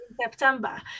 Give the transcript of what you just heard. September